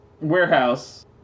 warehouse